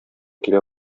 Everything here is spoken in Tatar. килә